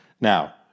Now